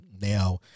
now